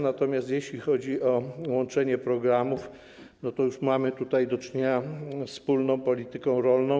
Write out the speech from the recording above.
Natomiast jeśli chodzi o łączenie programów, to już mamy tutaj do czynienia z wspólną polityką rolną.